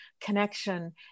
connection